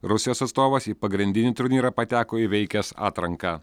rusijos atstovas į pagrindinį turnyrą pateko įveikęs atranką